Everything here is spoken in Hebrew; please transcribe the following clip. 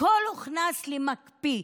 הכול הוכנס למקפיא,